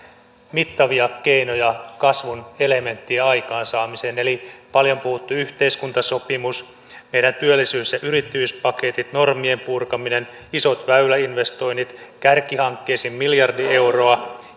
mittavia keinoja kasvun elementtien aikaansaamiseen eli on paljon puhuttu yhteiskuntasopimus meidän työllisyys ja yrittäjyyspaketit normien purkaminen isot väyläinvestoinnit kärkihankkeisiin miljardi euroa